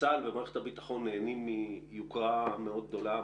צה"ל ומערכת הביטחון נהנים מיוקרה מאוד גדולה,